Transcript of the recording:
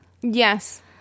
Yes